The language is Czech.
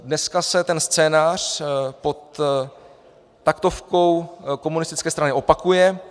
Dneska se ten scénář pod taktovkou komunistické strany opakuje.